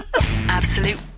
Absolute